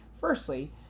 Firstly